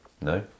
no